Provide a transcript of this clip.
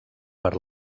per